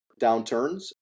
downturns